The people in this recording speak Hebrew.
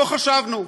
לא חשבנו.